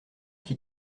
qui